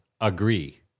Agree